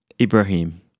Ibrahim